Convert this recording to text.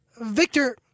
Victor